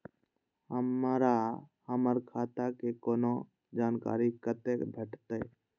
हमरा हमर खाता के कोनो जानकारी कतै भेटतै?